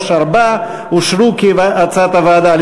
3 ו-4 אושרו כהצעת הוועדה.